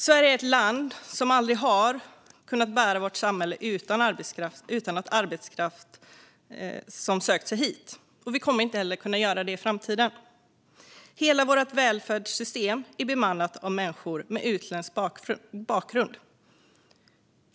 Sverige är ett land som aldrig har kunnat bära vårt samhälle utan arbetskraft som har sökt sig hit. Vi kommer inte heller att kunna göra det i framtiden. Hela vårt välfärdssystem är bemannat av människor med utländsk bakgrund.